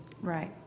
Right